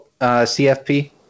CFP